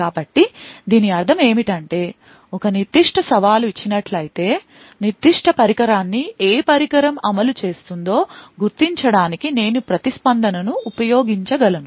కాబట్టి దీని అర్థం ఏమిటంటే ఒక నిర్దిష్ట సవాలు ఇచ్చినట్లయితే నిర్దిష్ట పరికరాన్ని ఏ పరికరం అమలు చేసిందో గుర్తించడానికి నేను ప్రతిస్పందనను ఉపయోగించగలను